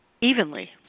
evenly